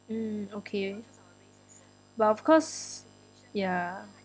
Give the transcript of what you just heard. mm okay well of course ya